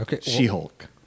She-Hulk